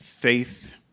Faith